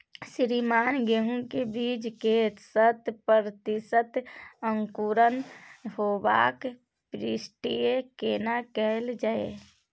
श्रीमान गेहूं के बीज के शत प्रतिसत अंकुरण होबाक पुष्टि केना कैल जाय?